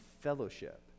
fellowship